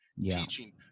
teaching